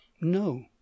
No